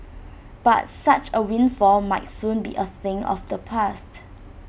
but such A windfall might soon be A thing of the past